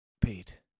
Pete